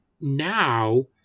now